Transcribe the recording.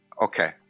Okay